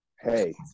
hey